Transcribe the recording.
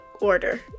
order